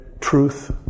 truth